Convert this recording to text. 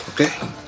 Okay